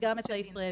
וגם את של הישראלים,